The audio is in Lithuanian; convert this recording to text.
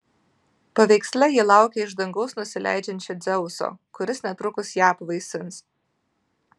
paveiksle ji laukia iš dangaus nusileidžiančio dzeuso kuris netrukus ją apvaisins